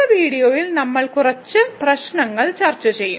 അടുത്ത വീഡിയോയിൽ നമ്മൾ കുറച്ച് പ്രശ്നങ്ങൾ ചർച്ച ചെയ്യും